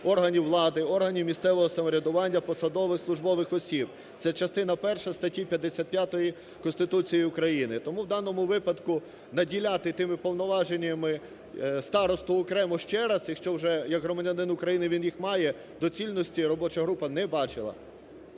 органів влади, органів місцевого самоврядування, посадових і службових осіб. Це частина перша статті 55 Конституції України. Тому у даному випадку наділяти тими повноваженнями старосту окремо ще раз, якщо вже як громадянин України він їх має, доцільності робоча група не бачила.